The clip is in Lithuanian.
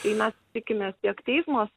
tai mes tikimės tiek teismas